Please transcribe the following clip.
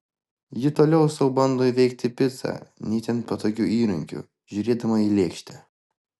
ji toliau sau bando įveikti picą ne itin patogiu įrankiu žiūrėdama į lėkštę